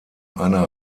einer